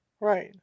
Right